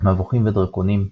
מבוכים ודרקונים,